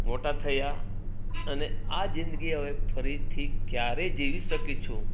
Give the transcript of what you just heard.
મોટા થયા અને આજ જિંદગી હવે ફરીથી ક્યારે જીવી શકીશું